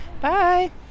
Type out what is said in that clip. Bye